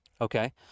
okay